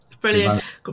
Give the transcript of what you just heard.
Brilliant